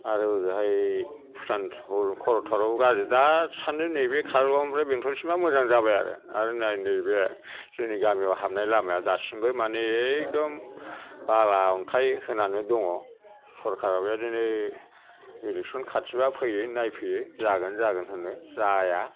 आरो हजोंहाय भुटान दासान्दि नैबे काजलगावनिफ्राय बेंटलसिमआ मोजां जाबाय आरो आरो नायनो बे जोंनि गामियाव हाबनाय लामाया दासिमबो मानि एकदम बाला अन्थाइ होनानै दङ सरकारआ बेबायदिनो इलेकसन खाथिबा फैयो नायफैयो जागोन जागोन होनो जाया